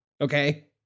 Okay